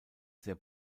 sehr